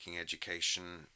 education